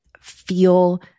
feel